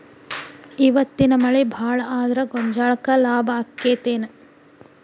ಇವತ್ತಿನ ಮಳಿ ಭಾಳ ಆದರ ಗೊಂಜಾಳಕ್ಕ ಲಾಭ ಆಕ್ಕೆತಿ ಏನ್?